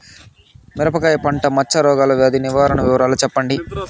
మిరపకాయ పంట మచ్చ రోగాల వ్యాధి నివారణ వివరాలు చెప్పండి?